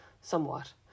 somewhat